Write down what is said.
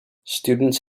students